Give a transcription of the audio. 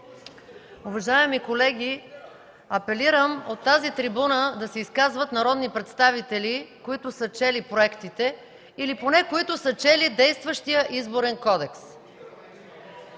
Уважаеми колеги, апелирам от тази трибуна да се изказват народни представители, които са чели проектите или поне които са чели действащия Изборен кодекс.